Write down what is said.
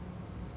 what bug